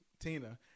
Tina